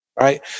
Right